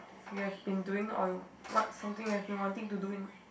you have been doing or what something you have been wanting to do in